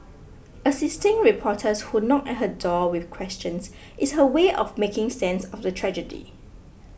assisting reporters who knock at her door with questions is her way of making sense of the tragedy